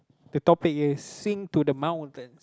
the topic is sing to the mountains